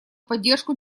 поддержку